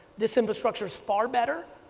this infrastructure is far better.